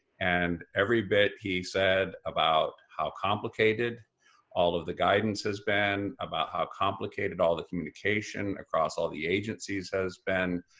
and every bit he said about how complicated all of the guidance has been, about how complicated all the communication across all the agencies has been,